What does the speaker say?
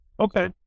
Okay